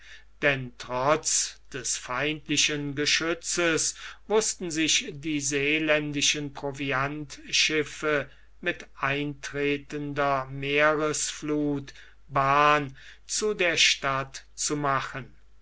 denn trotz des feindlichen geschützes wußten sich die seeländischen proviantschiffe mit eintretender meeresfluth bahn zu der stadt zu machen